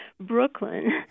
Brooklyn